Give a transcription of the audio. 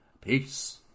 Peace